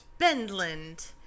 Bendland